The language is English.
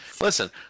Listen